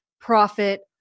profit